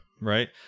Right